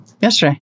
Yesterday